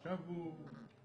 עכשיו הוא שלגיה.